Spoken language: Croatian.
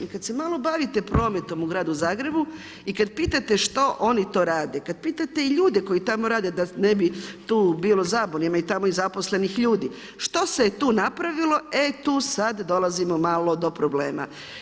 I kada se malo bavite prometom u Gradu Zagrebu i kad pitate što oni to rade i kad pitate ljude koji tamo rade, da ne bi tu bilo zabune, ima i tamo zaposlenih ljudi što se je tu napravilo, e tu sada dolazimo malo do problema.